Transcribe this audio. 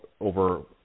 over